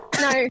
No